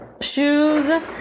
shoes